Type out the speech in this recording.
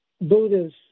Buddha's